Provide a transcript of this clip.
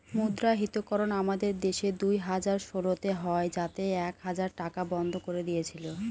মুদ্রাহিতকরণ আমাদের দেশে দুই হাজার ষোলোতে হয় যাতে এক হাজার টাকা বন্ধ করে দিয়েছিল